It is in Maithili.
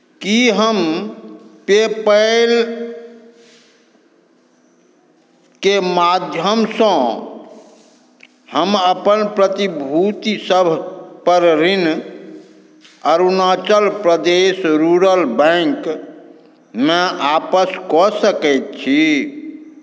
की हम पेपैलके माध्यमसँ हम अपन प्रतिभूतिसभ पर ऋण अरुणाचल प्रदेश रूरल बैंकमे आपस कऽ सकैत छी